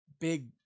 big